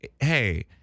hey